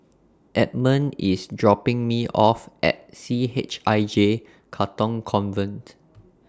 Edmon IS dropping Me off At C H I J Katong Convent